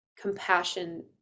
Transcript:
compassion